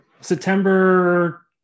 September